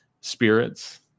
spirits